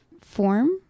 form